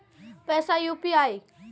पैसा यू.पी.आई?